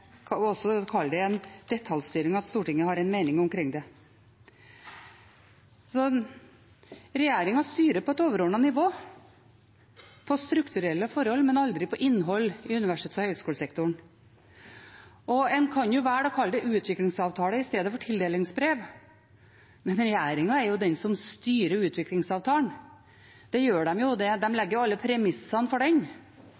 det en detaljstyring at Stortinget har en mening om det. Regjeringen styrer på et overordnet nivå, på strukturelle forhold, men aldri på innhold i universitets- og høyskolesektoren. En kan velge å kalle det utviklingsavtale istedenfor tildelingsbrev, men regjeringen er den som styrer utviklingsavtalen. Det gjør de jo, de legger alle premissene for den, ikke minst fordi det